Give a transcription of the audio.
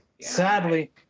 Sadly